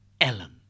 Ellen